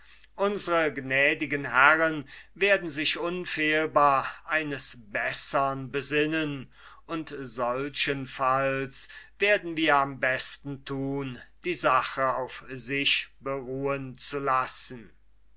unsre gnädigen herren werden sich unfehlbar eines bessern besinnen und solchenfalls werden wir am besten tun die sache auf sich beruhen zu lassen